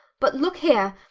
but look here,